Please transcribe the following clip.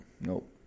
Nope